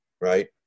right